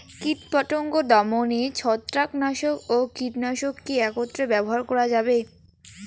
কীটপতঙ্গ দমনে ছত্রাকনাশক ও কীটনাশক কী একত্রে ব্যবহার করা যাবে?